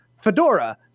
fedora